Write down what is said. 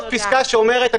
תכתוב פסקה.